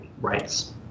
rights